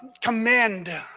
commend